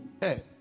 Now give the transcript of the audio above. Hey